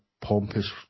pompous